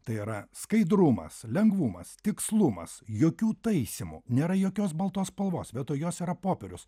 tai yra skaidrumas lengvumas tikslumas jokių taisymų nėra jokios baltos spalvos be to jos yra popierius